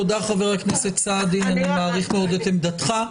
תודה חבר הכנסת סעדי אני מעריך מאוד את עמדתך.